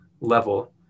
level